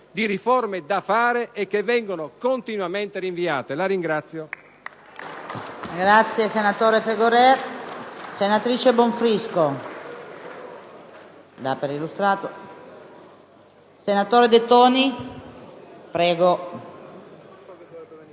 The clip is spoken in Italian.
di riforme da fare e che vengono continuamente rinviate. *(Applausi